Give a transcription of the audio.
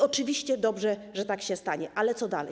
Oczywiście dobrze, że tak się stanie, ale co dalej?